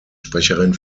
sprecherin